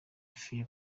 fair